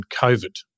COVID